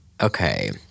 Okay